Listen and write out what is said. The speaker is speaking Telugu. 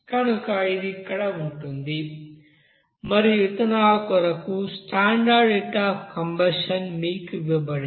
కనుక ఇది ఇక్కడ ఉంటుంది మరియు ఇథనాల్ కొరకు స్టాండర్డ్ హీట్ అఫ్ కండిషన్ మీకు ఇవ్వబడుతుంది